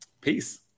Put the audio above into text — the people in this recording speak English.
peace